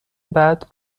بعد